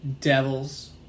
devils